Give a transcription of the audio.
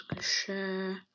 share